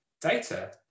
data